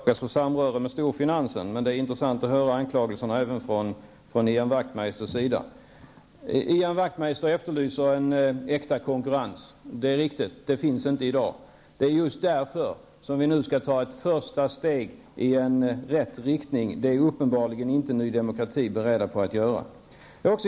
Herr talman! Vi brukar anklagas för samröre med storfinansen från helt andra håll, men det är intressant att höra samma anklagelse från Ian Ian Wachtmeister efterlyser äkta konkurrens, och en sådan finns helt riktigt inte i dag. Just därför skall vi nu ta ett första steg i rätt riktning, men det är uppenbarligen inte Ny Demokrati beredd att göra.